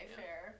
fair